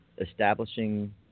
establishing